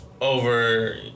over